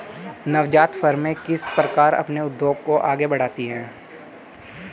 नवजात फ़र्में किस प्रकार अपने उद्योग को आगे बढ़ाती हैं?